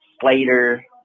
Slater